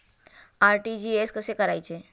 RTGS कसे करायचे?